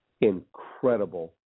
incredible